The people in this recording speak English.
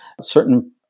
certain